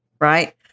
right